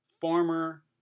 former